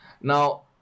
Now